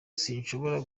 sinshobora